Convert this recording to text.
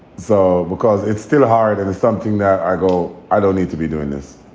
so because it's still hard and it's something that i go. i don't need to be doing this.